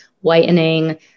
whitening